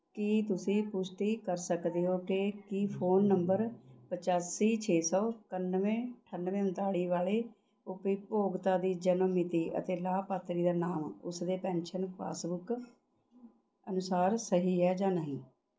ਕੀ ਤੁਸੀਂ ਪੁਸ਼ਟੀ ਕਰ ਸਕਦੇ ਹੋ ਕਿ ਕੀ ਫ਼ੋਨ ਨੰਬਰ ਪਚਾਸੀ ਛੇ ਸੌ ਇਕਾਨਵੇਂ ਅਠਾਨਵੇਂ ਉਨਤਾਲੀ ਵਾਲੇ ਉਪਭੋਗਤਾ ਦੀ ਜਨਮ ਮਿਤੀ ਅਤੇ ਲਾਭਪਾਤਰੀ ਦਾ ਨਾਮ ਉਸਦੇ ਪੈਨਸ਼ਨ ਪਾਸਬੁੱਕ ਅਨੁਸਾਰ ਸਹੀ ਹੈ ਜਾਂ ਨਹੀਂ